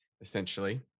essentially